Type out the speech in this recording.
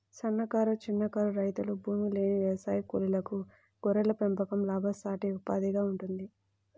సన్నకారు, చిన్నకారు రైతులు, భూమిలేని వ్యవసాయ కూలీలకు గొర్రెల పెంపకం లాభసాటి ఉపాధిగా ఉంటుంది